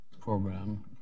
program